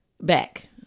Back